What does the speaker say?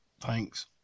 Thanks